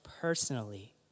personally